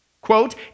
Quote